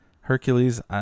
hercules